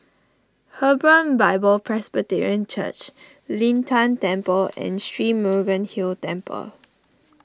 Hebron Bible Presbyterian Church Lin Tan Temple and Sri Murugan Hill Temple